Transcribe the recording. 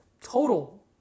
total